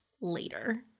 later